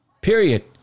Period